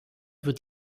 wird